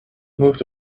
moved